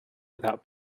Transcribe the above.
without